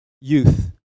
youth